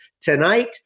tonight